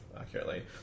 accurately